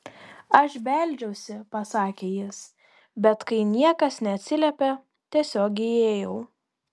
aš beldžiausi pasakė jis bet kai niekas neatsiliepė tiesiog įėjau